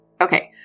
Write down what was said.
Okay